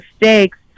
mistakes